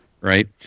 Right